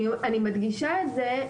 אני מדגישה את זה,